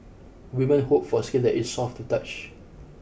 women hope for skin that is soft to touch